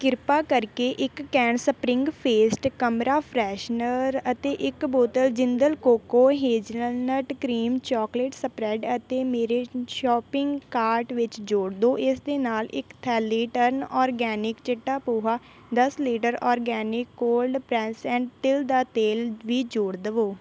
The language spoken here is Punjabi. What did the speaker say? ਕਿਰਪਾ ਕਰਕੇ ਇੱਕ ਕੈਨ ਸਪਰਿੰਗ ਫੇਸਟ ਕਮਰਾ ਫਰੈਸ਼ਨਰ ਅਤੇ ਇੱਕ ਬੋਤਲ Jindal cocoa hazelnut cream chocolate spread ਅਤੇ ਮੇਰੇ ਸ਼ੌਪਿੰਗ ਕਾਰਟ ਵਿੱਚ ਜੋੜ ਦਿਓ ਇਸ ਦੇ ਨਾਲ ਇੱਕ ਥੈਲੀ ਟਰਨ ਆਰਗੈਨਿਕ ਚਿੱਟਾ ਪੋਹਾ ਦਸ ਲੀਟਰ ਆਰਗੈਨਿਕ ਕੋਲਡ ਪ੍ਰੈਸੈਂਟਿਲ ਦਾ ਤੇਲ ਵੀ ਜੋੜ ਦਵੋ